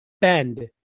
bend